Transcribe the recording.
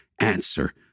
answer